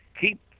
Keep